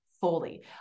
fully